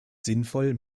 sinnvoll